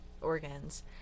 organs